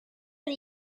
and